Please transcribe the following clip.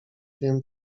wiem